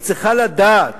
היא צריכה לדעת